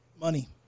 money